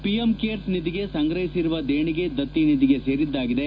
PM CARES ನಿಧಿಗೆ ಸಂಗ್ರಹಿಸಿರುವ ದೇಣಿಗೆ ದತ್ತಿ ನಿಧಿಗೆ ಸೇರಿದ್ದಾಗಿದೆ